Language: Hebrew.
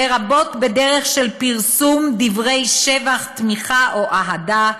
לרבות בדרך של פרסום דברי שבח, תמיכה או אהדה,